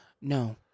No